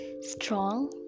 strong